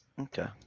Okay